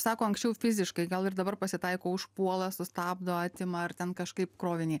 sako anksčiau fiziškai gal ir dabar pasitaiko užpuola sustabdo atima ar ten kažkaip krovinį